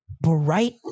bright